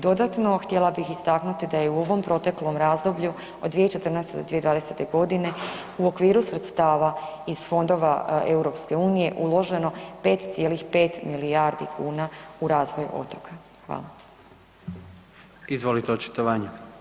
Dodatno, htjela bih istaknuti da je u ovom proteklom razdoblju od 2014.-2020. godine u okviru sredstava iz fondova EU uloženo 5,5 milijardi kuna u razvoj otoka.